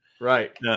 Right